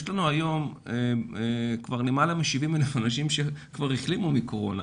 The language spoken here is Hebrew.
יש לנו היום למעלה מ-70,000 אנשים שכבר החלימו מקורונה.